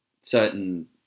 certain